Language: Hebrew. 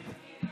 בבקשה,